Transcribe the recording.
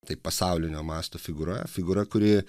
tai pasaulinio masto figūra figūra kuri